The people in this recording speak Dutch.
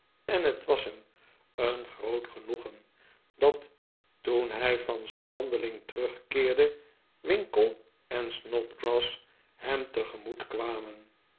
en het was hem een groot genoegen dat toen hij van zijn wandeling terugkeerde winkle en snodgrass hem tegemoet kwamen